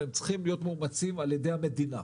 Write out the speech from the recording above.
והם צריכים להיות מאומצים ע"י המדינה.